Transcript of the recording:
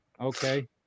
okay